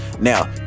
Now